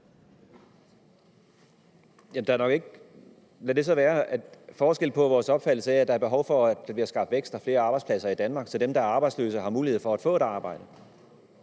lad det så være, at der er forskel på vores opfattelse af, at der er behov for, at der bliver skabt vækst og flere arbejdspladser i Danmark, så dem, der er arbejdsløse, har mulighed for at få et arbejde.